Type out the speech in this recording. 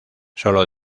sólo